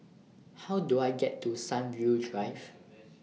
How Do I get to Sunview Drive